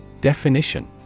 Definition